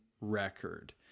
record